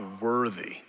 worthy